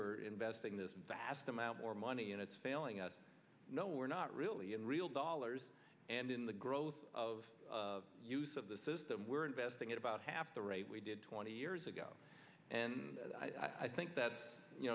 we're investing this vast amount more money and it's failing us no we're not really in real dollars and in the growth of use of the system we're investing at about half the rate we did twenty years ago and i think that you